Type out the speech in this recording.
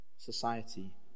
society